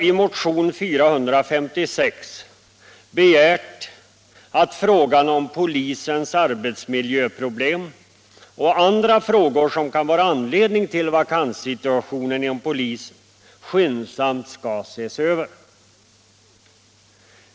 I motionen 456 har vi begärt att frågan om polisens arbetsmiljöproblem och andra frågor som kan vara anledning till vakanssituationen inom polisen skyndsamt skall ses över.